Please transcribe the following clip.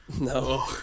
No